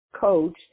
coach